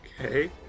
Okay